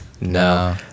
no